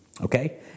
okay